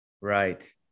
Right